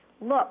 Look